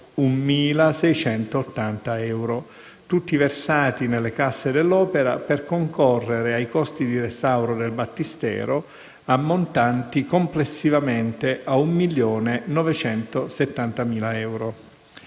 201.680 euro - tutti versati nelle casse dell'Opera per concorrere ai costi di restauro del Battistero, ammontanti complessivamente a 1 milione e 970.000 euro.